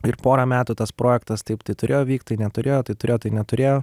ir porą metų tas projektas taip tai turėjo vykt tai neturėjo tai turėjo tai neturėjo